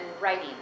writing